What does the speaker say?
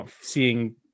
seeing